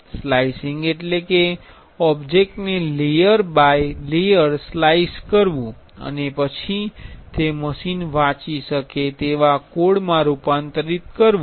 slicing એટલે કે object ને લેયર બાય લેયર સ્લાઈસ કરવુ અને પછી તે મશીન વાંચી શકે તેવા કોડ માં રૂપાંતરિત થાય છે